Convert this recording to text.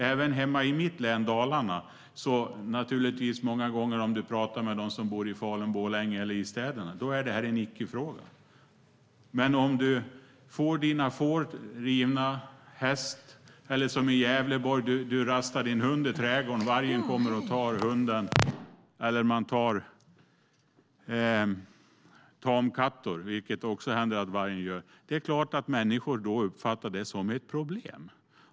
Om man pratar med dem som bor i Falun, Borlänge och andra städer så är det här många gånger en icke-fråga även i mitt hemlän Dalarna. Men för den som får sina får eller hästar rivna, eller, som i Gävle, om du rastar din hund i trädgården och vargen kommer och tar hunden eller tamkatten, vilket det också händer att vargen gör, är det klart att det uppfattas som ett problem.